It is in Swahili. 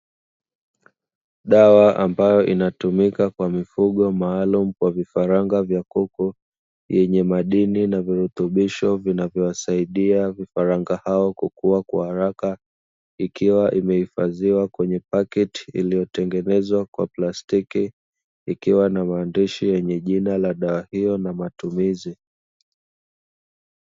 Dawa inayotumika kwa mifugo maalumu kwa vifaranga vya kuku, yenye madini na virutubisho vinavyosaidia vifaranga hao kukua kwa haraka, ikiwa imehifadhiwa kwenye paketi iliyotengenezwa kwa plastiki ikiwa na maandishi yenye jina la dawa hiyo na matumizi.